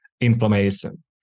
inflammation